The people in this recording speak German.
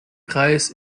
kreis